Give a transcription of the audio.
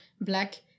black